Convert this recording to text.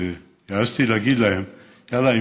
והעזתי להגיד להם: יאללה,